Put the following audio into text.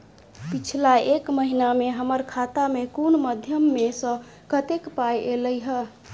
पिछला एक महीना मे हम्मर खाता मे कुन मध्यमे सऽ कत्तेक पाई ऐलई ह?